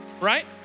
right